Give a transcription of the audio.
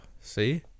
see